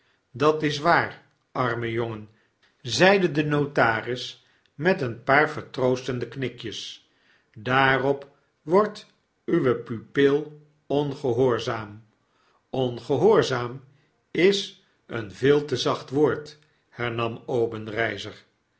dat is waar armejongen zeide de notaris met een paar vertroostende knikjes daarop wordt uwe pupil ongehoorzaaro ongehoorzaam is een veel te zacht woord hernam